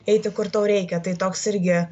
eiti kur tau reikia tai toks irgi